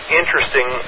interesting